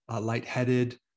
lightheaded